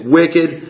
wicked